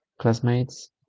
classmates